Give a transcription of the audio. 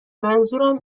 منظورم